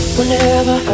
Whenever